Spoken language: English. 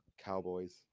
Cowboys